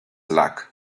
luck